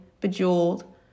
Bejeweled